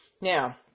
Now